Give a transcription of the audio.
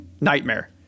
Nightmare